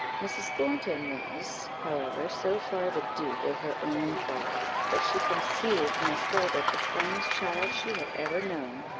mrs. thornton was, however, so far the dupe of her own folly, that she conceived miss holdup the finest child she had ever known,